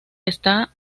está